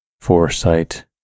foresight